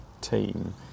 team